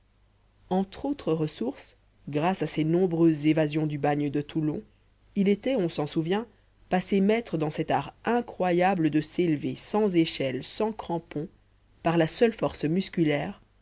entre autres ressources grâce à ses nombreuses évasions du bagne de toulon il était on s'en souvient passé maître dans cet art incroyable de s'élever sans échelles sans crampons par la seule force musculaire